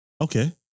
Okay